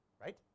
right